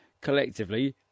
collectively